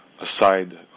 aside